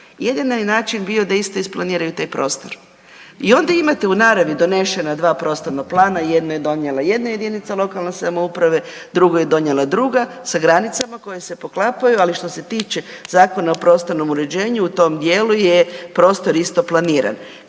Jedini način bi bio da isto isplaniraju taj prostor. I onda imate u naravi donešena dva prostorna plana, jedno je donijela jedna JLS, drugo je donijela druga sa granicama koje se poklapaju, ali što se tiče Zakona o prostornom uređenju u tom dijelu je prostor isto planiran.